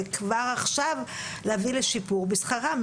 וכבר עכשיו להביא לשיפור בשכרם.